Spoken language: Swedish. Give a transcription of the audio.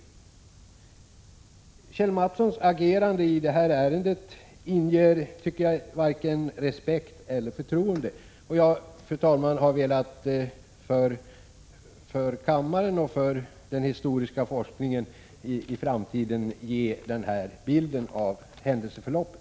Jag tycker att Kjell A. Mattssons agerande i detta ärende inger varken respekt eller förtroende. Jag har, fru talman, för kammaren och för den historiska forskningen i framtiden velat ge denna bild av händelseförloppet.